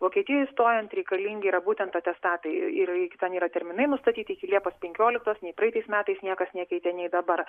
vokietijoj stojant reikalingi yra būtent atestatai ir ten yra terminai nustatyti iki liepos penkioliktos nei praeitais metais niekas nekeitė nei dabar